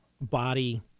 body